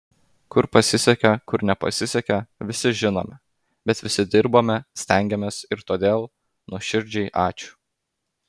kur pasisekė kur nepasisekė visi žinome bet visi dirbome stengėmės ir todėl nuoširdžiai ačiū